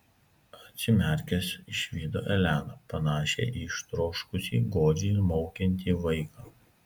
atsimerkęs išvydo eleną panašią į ištroškusį godžiai maukiantį vaiką